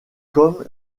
comme